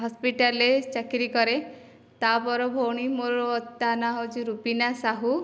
ହସ୍ପିଟାଲରେ ଚାକିରି କରେ ତାପର ଭଉଣୀ ମୋର ତା' ନାଁ ହେଉଛି ରୁବିନା ସାହୁ